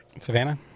Savannah